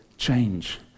change